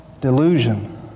delusion